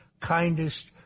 kindest